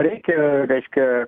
reikia reiškia